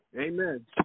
Amen